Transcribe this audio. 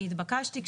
כי התבקשתי.